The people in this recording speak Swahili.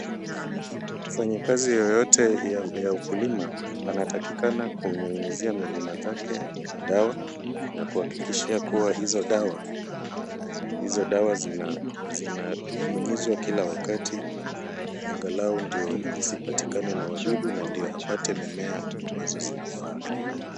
Mfanyikazi yeyote ya ukulima, anatakikana kunyunyizia milima zake dawa na kuhakikishia kuwa hizo dawa zinanyunyizwa kila wakati, angalau ndio isipatikane na wadudu na ndio apate mimea ambazo zinafaa.